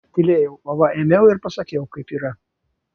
tylėjau o va ėmiau ir pasakiau kaip yra